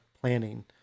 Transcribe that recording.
planning